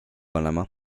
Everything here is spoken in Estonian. olema